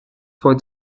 for